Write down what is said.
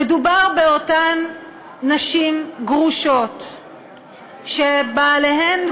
מדובר באותן נשים גרושות שבעליהן,